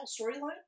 storyline